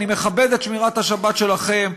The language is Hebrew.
אני מכבד את שמירת השבת שלכם.